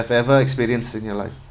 ever experience in your life